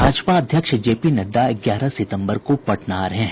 भाजपा अध्यक्ष जेपी नड़डा ग्यारह सितम्बर को पटना आ रहे हैं